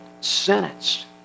sentenced